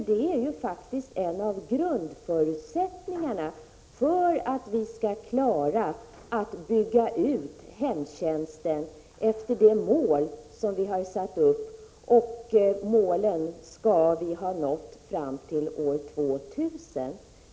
Det är faktiskt en av grundförutsättningarna för att vi skall klara att bygga ut hemtjänsten i riktning mot det mål som vi har satt upp och som vi skall ha nått fram till år 2000.